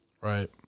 Right